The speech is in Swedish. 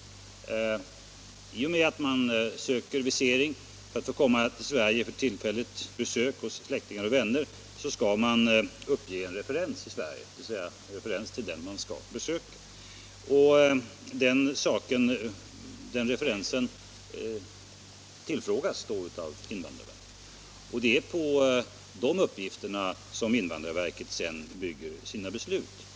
I och med att man ansöker om visering för att få komma till Sverige för tillfälligt besök hos släktingar och vänner skall man uppge en referens i Sverige, nämligen den eller de som man skall besöka. Referensen kontaktas då av invandrarverket, och det är framför allt på de uppgifter som därvid lämnas som invandrarverket sedan bygger sina beslut.